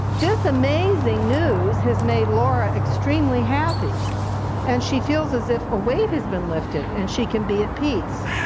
this amazing news has made laura extremely happy and she feels as if a weight has been lifted and she can be at peace.